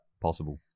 Possible